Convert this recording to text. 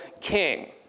king